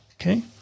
Okay